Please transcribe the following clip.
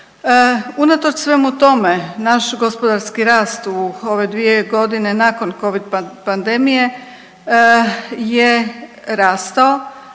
Unatoč svemu tome naš gospodarski rast u ove dvije godine nakon covid pandemije je rastao,